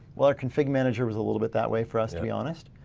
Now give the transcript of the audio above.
well, our config manager was a little bit that way for us to be honest.